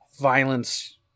violence